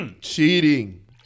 Cheating